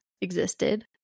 existed